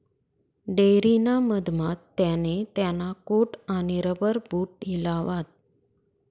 dairy ना मधमा त्याने त्याना कोट आणि रबर बूट हिलावात